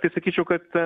tai sakyčiau kad